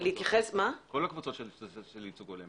כל הקבוצות של ייצוג הולם,